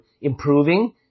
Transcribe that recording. improving